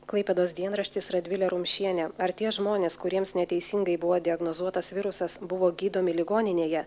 klaipėdos dienraštis radvilė rumšienė ar tie žmonės kuriems neteisingai buvo diagnozuotas virusas buvo gydomi ligoninėje